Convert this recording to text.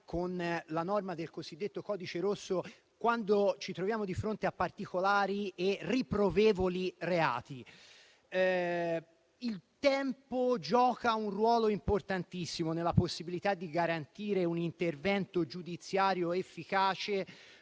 con la norma del cosiddetto codice rosso, quando ci troviamo di fronte a particolari e riprovevoli reati. Il tempo gioca un ruolo importantissimo nella possibilità di garantire un intervento giudiziario efficace